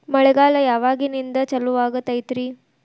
ಮಳೆಗಾಲ ಯಾವಾಗಿನಿಂದ ಚಾಲುವಾಗತೈತರಿ?